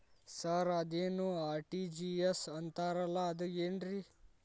Sir ಅದೇನು RTGS ಅಂತಾರಲಾ ಅದು ಏನ್ರಿ?